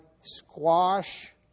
squash